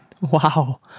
Wow